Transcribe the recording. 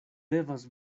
devas